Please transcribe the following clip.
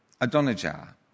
Adonijah